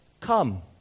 come